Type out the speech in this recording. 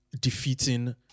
defeating